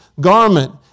garment